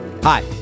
Hi